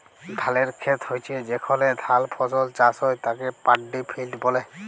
ধালের খেত হচ্যে যেখলে ধাল ফসল চাষ হ্যয় তাকে পাড্ডি ফেইল্ড ব্যলে